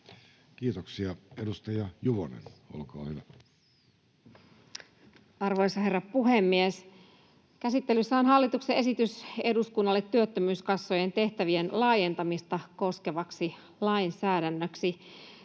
Time: 15:50 Content: Arvoisa herra puhemies! Käsittelyssä on hallituksen esitys eduskunnalle työttömyyskassojen tehtävien laajentamista koskevaksi lainsäädännöksi,